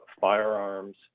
firearms